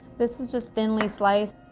this is just thinly sliced.